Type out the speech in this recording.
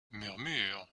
murmures